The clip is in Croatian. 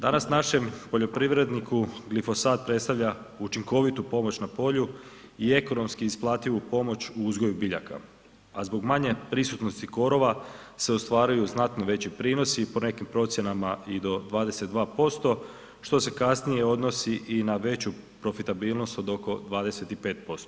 Danas našem poljoprivredniku glifosat predstavlja učinkovitu pomoć na polju i ekonomski isplativu pomoć u uzgoju biljaka, a zbog manje prisutnosti korova se ostvaruju znatno veći prinosi i po nekim procjenama i do 22% što se kasnije odnosi i na veću profitabilnost od oko 25%